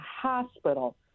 hospital